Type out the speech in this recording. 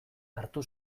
hartu